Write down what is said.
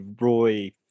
Roy